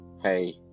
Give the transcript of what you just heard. Hey